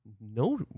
No